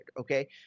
okay